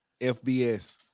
FBS